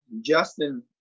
justin